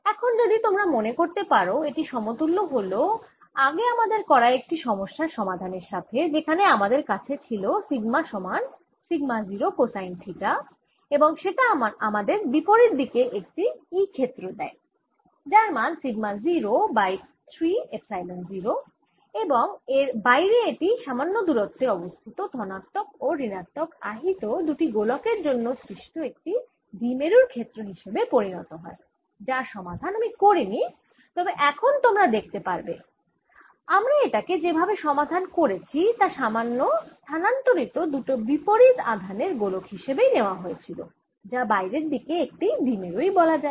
এখন যদি তোমরা মনে করতে পারো এটি সমতুল্য হল আগে আমাদের করা একটি সমস্যার সমাধানের সাথেযেখানে আমাদের কাছে ছিল সিগমা সমান সিগমা 0 কোসাইন থিটা এবং সেটা আমাদের বিপরীত দিকে একটি e ক্ষেত্র দেয় যার মান সিগমা 0 বাই 3 এপসাইলন 0 এবং এর বাইরে এটি সামান্য দূরত্বে অবস্থিত ধনাত্মক ও ঋণাত্মক আহিত দুটি গোলকের জন্য সৃষ্ট একটি দ্বিমেরুর ক্ষেত্র হিসাবে পরিণত হয় যার সমাধান আমি করিনি তবে এখন তোমরা দেখতে পারবে আমরা এটাকে যে ভাবে সমাধান করেছি তা সামান্য স্থানান্তরিত দুটি বিপরীত আধানের গোলক হিসেবেই নেওয়া হয়েছিল যা বাইরে থেকে একটি দ্বি মেরুই বলা যায়